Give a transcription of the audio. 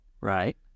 Right